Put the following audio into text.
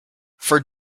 for